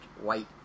white